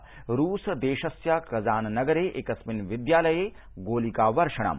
अपि च रूस देशस्य कजान नगरे एकस्मिन् विद्यालये गोलिका वर्षणम्